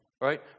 right